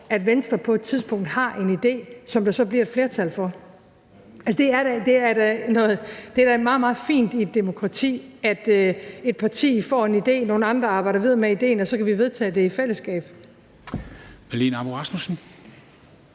at Venstre på et tidspunkt har en idé, som der så bliver et flertal for. Det er da meget, meget fint i et demokrati, at et parti får en idé, nogle andre arbejder videre med idéen, og så kan vi vedtage den i fællesskab.